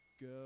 go